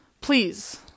Please